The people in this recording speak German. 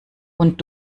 und